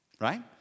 right